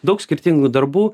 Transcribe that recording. daug skirtingų darbų